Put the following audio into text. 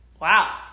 Wow